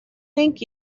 thank